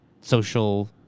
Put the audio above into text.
social